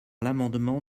l’amendement